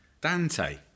Dante